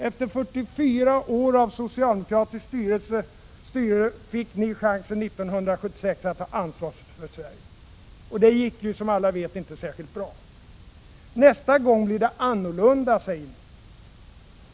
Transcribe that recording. Efter 44 år av socialdemokratiskt styre fick ni chansen 1976 att ta ansvar för Sverige. Det gick ju, som alla vet, inte särskilt bra. Nästa gång blir det annorlunda, säger ni.